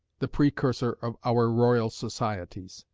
the precursor of our royal societies,